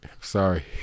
sorry